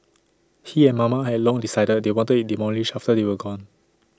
he and mama had long decided they wanted IT demolished after they were gone